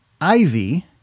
ivy